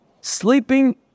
sleeping